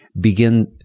begin